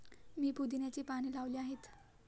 मी पुदिन्याची पाने लावली आहेत